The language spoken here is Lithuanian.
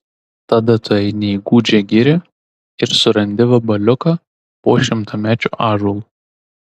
tada tu eini į gūdžią girią ir surandi vabaliuką po šimtamečiu ąžuolu